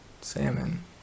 Salmon